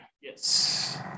Yes